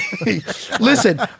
listen